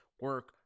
Work